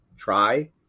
try